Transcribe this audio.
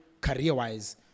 career-wise